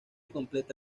completa